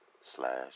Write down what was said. Slash